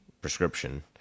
prescription